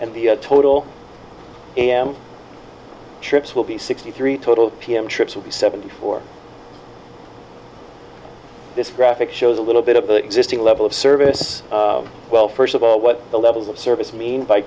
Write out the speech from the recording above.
the total am trips will be sixty three total p m trips will be seventy four this graphic shows a little bit of the existing level of service well first of all what the levels of service mean by